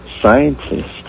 scientist